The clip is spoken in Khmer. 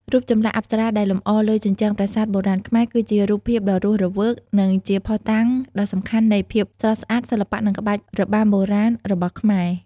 រូបចម្លាក់អប្សរាដែលលម្អលើជញ្ជាំងប្រាសាទបុរាណខ្មែរ គឺជារូបភាពដ៏រស់រវើក និងជាភស្តុតាងដ៏សំខាន់នៃ ភាពស្រស់ស្អាត សិល្បៈ និងក្បាច់របាំបុរាណ របស់ខ្មែរ។